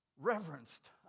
reverenced